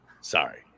sorry